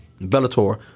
Bellator